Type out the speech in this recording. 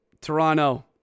Toronto